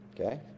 Okay